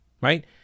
right